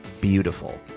beautiful